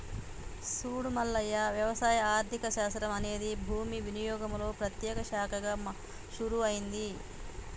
సూడు మల్లయ్య వ్యవసాయ ఆర్థిక శాస్త్రం అనేది భూమి వినియోగంలో ప్రత్యేక శాఖగా షురూ అయింది